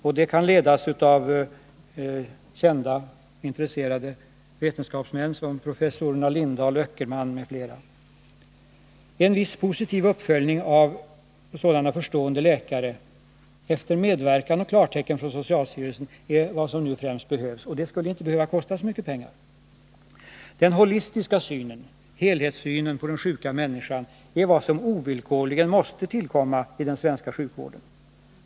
Arbetet kan ledas av kända och intresserade vetenskapsmän som professorerna Lindahl och Öckerman m.fl. En viss positiv uppföljning av sådana förstående läkare, efter medverkan och klartecken från socialstyrelsen, är vad som nu främst är av nöden. Det skulle inte behöva kosta så mycket pengar. Den holistiska synen — helhetssynen — på den sjuka människan är vad som ovillkorligen måste tillkomma i den svenska sjukvården.